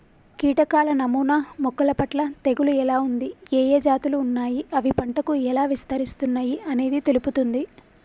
కీటకాల నమూనా మొక్కలపట్ల తెగులు ఎలా ఉంది, ఏఏ జాతులు ఉన్నాయి, అవి పంటకు ఎలా విస్తరిస్తున్నయి అనేది తెలుపుతుంది